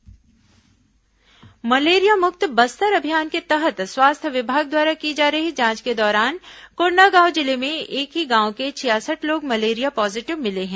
malaria मरीज malaria मुक्त बस्तर अभियान के तहत स्वास्थ्य विभाग द्वारा की जा रही जांच के दौरान कोंडागांव जिले में एक ही गांव के छियासठ लोग मलेरिया पॉजीटिव मिले हैं